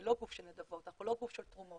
לא גוף של נדבות, אנחנו לא גוף של תרומות.